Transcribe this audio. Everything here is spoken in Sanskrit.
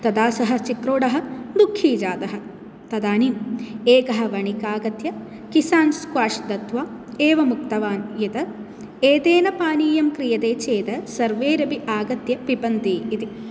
तदा सः चिक्रोडः दुःखी जातः तदानीम् एकः वणिकागत्य किसान् स्क्वाश् दत्वा एवम् उक्तवान् यत् एतेन पानीयं क्रियते चेत् सर्वेरपि आगत्य पिबन्ति इति